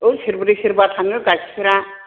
औ सेरब्रै सेरबा थाङो गाइखेरा